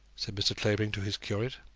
said mr. clavering to his curate.